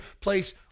place